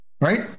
right